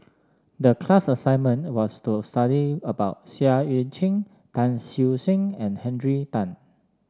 the class assignment was to study about Seah Eu Chin Tan Siew Sin and Henry Tan